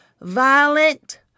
violent